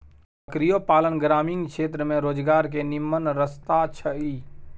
बकरियो पालन ग्रामीण क्षेत्र में रोजगार के निम्मन रस्ता छइ